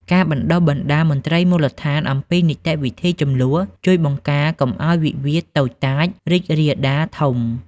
ការបណ្ដុះបណ្ដាលមន្ត្រីមូលដ្ឋានអំពីនីតិវិធីជម្លោះ ជួយបង្ការកុំឱ្យវិវាទតូចតាចរីករាលដាលធំ។